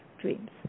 dreams